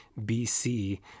BC